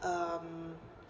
um